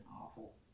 awful